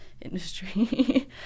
industry